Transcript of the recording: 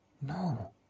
No